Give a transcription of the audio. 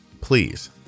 Please